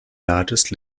largest